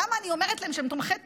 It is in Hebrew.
למה אני אומרת להם שהם תומכי טרור?